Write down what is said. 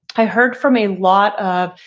i heard from a lot of,